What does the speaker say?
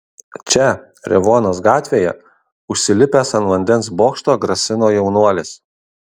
čia revuonos gatvėje užsilipęs ant vandens bokšto grasino jaunuolis